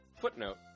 Footnote